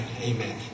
amen